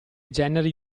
generi